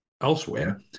elsewhere